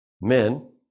men